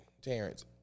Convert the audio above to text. Terrence